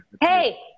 Hey